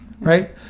right